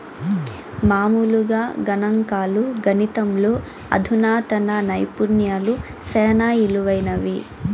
మామూలుగా గణంకాలు, గణితంలో అధునాతన నైపుణ్యాలు సేనా ఇలువైనవి